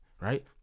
Right